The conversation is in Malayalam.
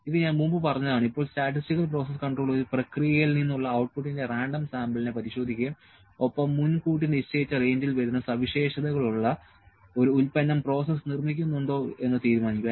ഇത് ഞാൻ മുമ്പ് പറഞ്ഞതാണ് ഇപ്പോൾ സ്റ്റാറ്റിസ്റ്റിക്കൽ പ്രോസസ്സ് കൺട്രോൾ ഒരു പ്രക്രിയയിൽ നിന്നുള്ള ഔട്ട്പുട്ടിന്റെ റാൻഡം സാമ്പിളിനെ പരിശോധിക്കുകയും ഒപ്പം മുൻകൂട്ടി നിശ്ചയിച്ച റേഞ്ചിൽ വരുന്ന സവിശേഷതകളുള്ള ഒരു ഉൽപ്പന്നം പ്രോസസ്സ് നിർമ്മിക്കുന്നുണ്ടോ എന്ന് തീരുമാനിക്കുന്നു